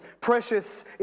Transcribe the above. Precious